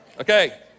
Okay